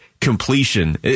completion